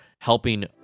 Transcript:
helping